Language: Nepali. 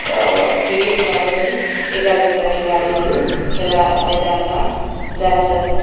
क्रिकेटमा पनि एघार जाना खेलाडीहरू खेला मैदानमा जान्छन्